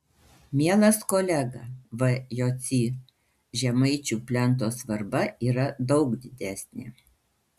mielas kolega v jocy žemaičių plento svarba yra daug didesnė